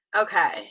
Okay